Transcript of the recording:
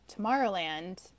Tomorrowland